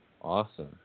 Awesome